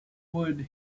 would